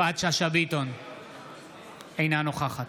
אינה נוכחת